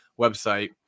website